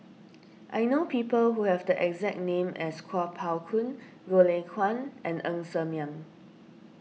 I know people who have the exact name as Kuo Pao Kun Goh Lay Kuan and Ng Ser Miang